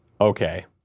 Okay